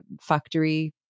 factory